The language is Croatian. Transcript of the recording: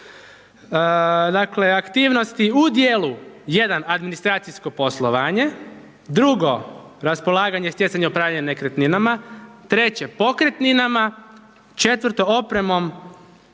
dakle aktivnosti u dijelu 1. administracijsko poslovanje, 2. raspolaganje stjecanja upravljanja nekretninama, 3. pokretninama, 4. opremom